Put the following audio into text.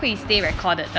ya